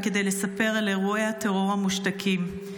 עד שאקבל לידיי את הרשימה,